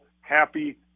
happy